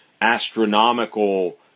astronomical